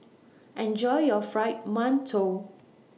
Enjoy your Fried mantou